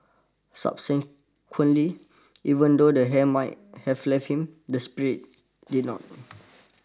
subsequently even though the hair might have left him the spirit did not